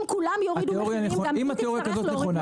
אם התאוריה כזו נכונה,